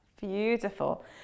beautiful